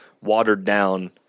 watered-down